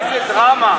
איזה דרמה.